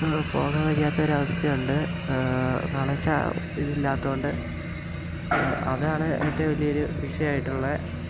പോകാൻ കഴിയാത്തൊരു അവസ്ഥയുണ്ട് കാരണം എന്നു വെച്ചാൽ ഇതില്ലാത്തതുകൊണ്ട് അതാണ് ഏറ്റവും വലിയൊരു വിഷയമായിട്ടുള്ളത്